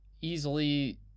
easily